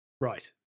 Right